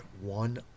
one